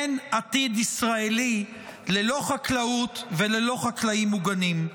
אין עתיד ישראלי ללא חקלאות וללא חקלאים מוגנים.